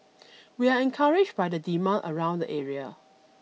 we are encouraged by the demand around the area